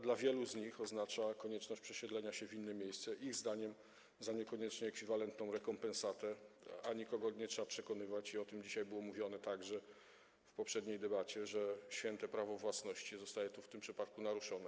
Dla wielu z nich oznacza to konieczność przesiedlenia się w inne miejsce, ich zdaniem niekoniecznie za ekwiwalentną rekompensatę, a nikogo nie trzeba przekonywać - i o tym dzisiaj mówiono także w poprzedniej debacie - że święte prawo własności zostaje w tym przypadku naruszone.